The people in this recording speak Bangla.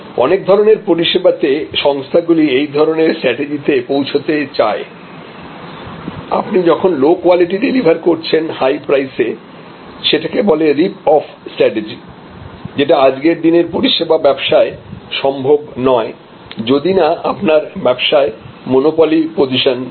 অনেক ধরনের পরিষেবাতে সংস্থাগুলি এই ধরনের স্ট্র্যাটেজি তে পৌঁছাতে চায় আপনি যখন লো কোয়ালিটি ডেলিভারি করছেন হাই প্রাইসে সেটাকে বলে রীপ অফ স্ট্রাটেজি যেটা আজকের দিনের পরিষেবা ব্যবসায় সম্ভব নয় যদি না আপনার ব্যবসায় মনোপলি পজিশন থাকে